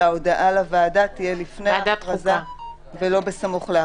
שהעבודה לוועדה תהיה לפני ההכרזה ולא בסמוך להכרזה.